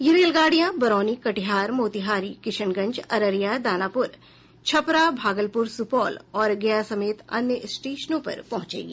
यह रेलगाड़ियां बरौनी कटिहार मोतीहारी किशनगंज अररिया दानापुर छपरा भागलपुर सुपौल और गया समेत अन्य स्टेशनों पर पहुंचेंगी